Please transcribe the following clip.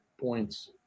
points